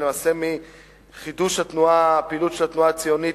ולמעשה מחידוש הפעילות של התנועה הציונית,